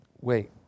Wait